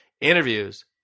Interviews